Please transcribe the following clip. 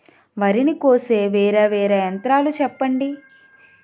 వరి ని కోసే వేరా వేరా యంత్రాలు చెప్పండి?